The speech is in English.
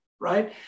right